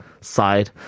Side